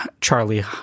Charlie